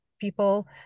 People